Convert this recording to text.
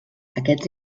aquests